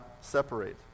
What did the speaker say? separate